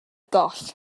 goll